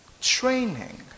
training